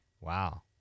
wow